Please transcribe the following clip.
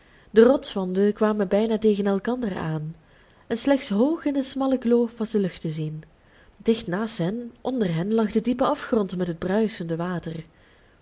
de rotswanden kwamen bijna tegen elkander aan en slechts hoog in de smalle kloof was de lucht te zien dicht naast hen onder hen lag de diepe afgrond met het bruisende water